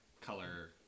color